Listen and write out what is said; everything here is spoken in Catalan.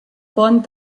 pont